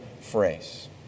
phrase